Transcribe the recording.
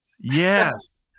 Yes